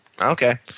Okay